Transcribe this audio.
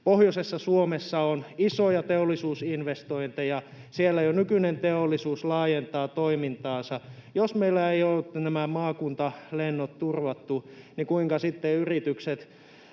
Pohjoisessa Suomessa on isoja teollisuusinvestointeja. Siellä jo nykyinen teollisuus laajentaa toimintaansa. Jos meillä eivät nämä maakuntalennot ole turvattu, niin kuinka sitten